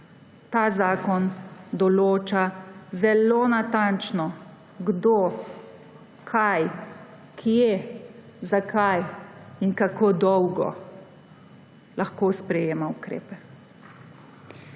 ta zakon določa zelo natančno, kdo, kaj, kje, zakaj in kako dolgo lahko sprejema ukrepe.